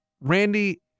Randy